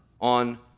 on